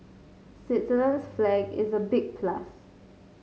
Switzerland's flag is a big plus